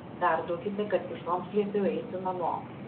perduokite kad visoms liepiau eiti namo